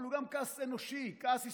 אבל הוא גם כעס אנושי, כעס ישראלי,